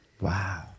Wow